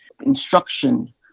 instruction